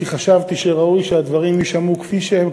כי חשבתי שראוי שהדברים יישמעו כפי שהם,